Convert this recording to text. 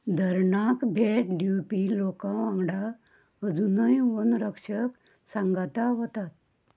धरणाक भेट दिवपी लोकां वांगडा अजूनय वन रक्षक सांगाता वतात